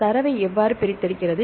தரவை எவ்வாறு பிரித்தெடுக்கிறது